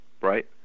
right